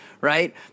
right